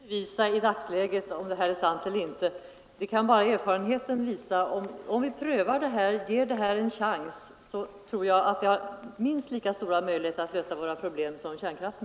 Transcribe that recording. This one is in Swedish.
Fru talman! Ingen kan i dagsläget bevisa om detta är sant eller inte. Det kan bara erfarenheten visa. Om vi prövar det här systemet och ger det en chans tror jag att vi har minst lika stora möjligheter att lösa våra problem med det som med kärnkraften.